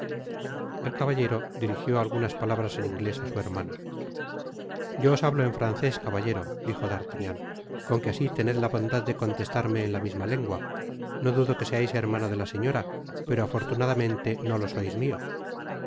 el caballero dirijió algunas palabras en inglés á su hermana yo os hablo en francés caballero dijo d artagnan con que asi tened la bondad de contestarme en la misma lengua no dudo que seais hermano de la señora pero afortunadamente no lo sois mio